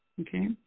Okay